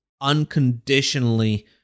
unconditionally